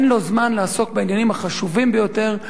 אין לו זמן לעסוק בעניינים החשובים ביותר,